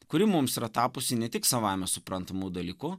kuri mums yra tapusi ne tik savaime suprantamu dalyku